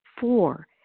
Four